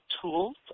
tools